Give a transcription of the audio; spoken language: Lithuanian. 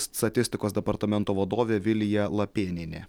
statistikos departamento vadovė vilija lapėnienė